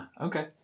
okay